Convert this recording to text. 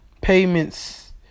payments